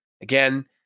again